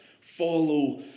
follow